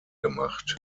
gemacht